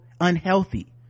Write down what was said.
unhealthy